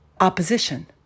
Opposition